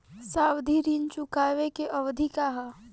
सावधि ऋण चुकावे के अवधि का ह?